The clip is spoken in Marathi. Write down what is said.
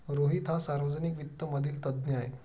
रोहित हा सार्वजनिक वित्त मधील तज्ञ आहे